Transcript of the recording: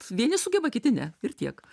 vieni sugeba kiti ne ir tiek